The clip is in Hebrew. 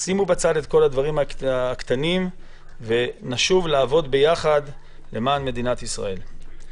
שימו בצד את כל הדברים הקטנים ונשוב לעבוד ביחד למען מדינת ישראל.